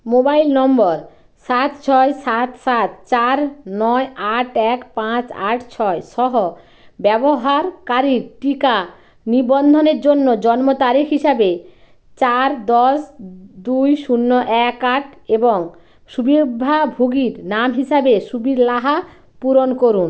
mobile নম্বর সাত ছয় সাত সাত চার নয় আট এক পাঁচ আট ছয় সহ ব্যবহারকারীর টিকা নিবন্ধনের জন্য জন্ম তারিখ হিসাবে চার দশ দুই শূন্য এক আট এবং সুবিধাভোগীর নাম হিসাবে সুবীর লাহা পূরণ করুন